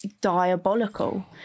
diabolical